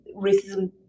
racism